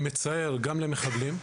למצער, גם למחבלים.